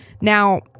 Now